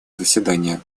заседания